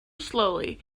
slowly